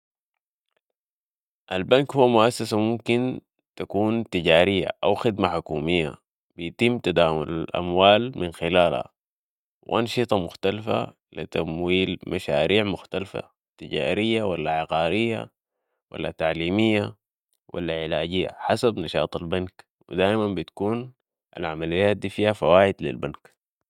البنك هو مؤسسة ممكن تكون تجارية أو خدمة حكومية بيتم تداول والاموال من خلالها و أنشطه مختلفة لتمويل مشاريع مختلفه تجاريه ولا عقاريه ولا تعليميه ولا علاجيه حسب نشاط البنك ودايما بتكون العمليات دي فيها فوائد للبنك.